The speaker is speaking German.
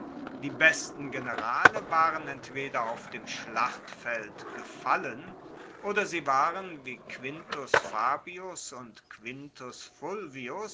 die besten generale waren entweder auf dem schlachtfeld gefallen oder sie waren wie quintus fabius und quintus